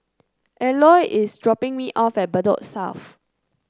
Eloy is dropping me off at Bedok South